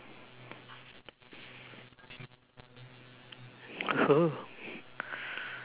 !oho!